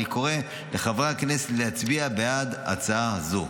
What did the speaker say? אני קורא לחברי הכנסת להצביע בעד ההצעה הזו.